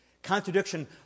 Contradiction